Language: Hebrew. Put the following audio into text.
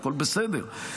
הכול בסדר.